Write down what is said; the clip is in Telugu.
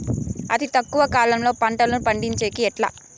అతి తక్కువ కాలంలో పంటలు పండించేకి ఎట్లా?